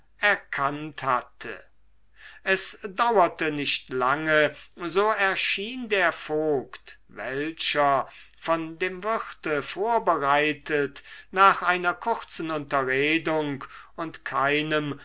erkannt hatte es dauerte nicht lange so erschien der vogt welcher von dem wirte vorbereitet nach einer kurzen unterredung und keinem